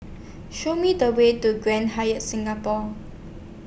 Show Me The Way to Grand Hyatt Singapore